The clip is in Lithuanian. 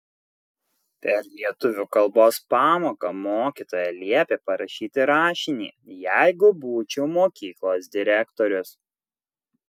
per lietuvių kalbos pamoką mokytoja liepė parašyti rašinį jeigu būčiau mokyklos direktorius